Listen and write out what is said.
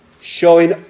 showing